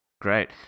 Great